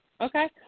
Okay